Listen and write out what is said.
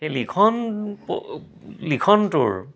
সেই লিখন লিখনটোৰ